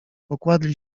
pokładli